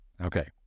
Okay